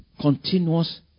continuous